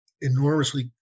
enormously